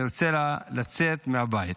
אני רוצה לצאת מהבית.